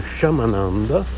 Shamananda